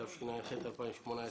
התשע"ח-2018.